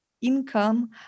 income